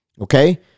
Okay